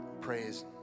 praise